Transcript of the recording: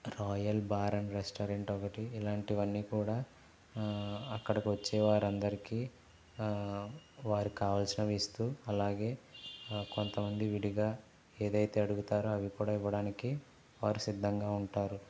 royal bar and restaurant ఒకటి ఇలాంటివన్నీ కూడా అక్కడికి వచ్చే వారందరికీ వారు కావాల్సినవి ఇస్తూ అలాగే కొంతమంది విడిగా ఏదైతే అడుగుతారో అవి కూడా ఇవ్వడానికి వారు సిద్ధంగా ఉంటారు